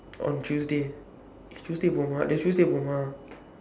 on tuesday tuesday going what eh tuesday going ah